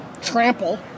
Trample